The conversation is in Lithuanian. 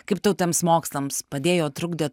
kaip tau tiems mokslams padėjo trukdė